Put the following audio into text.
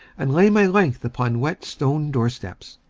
and lay my length upon wet stone doorsteps.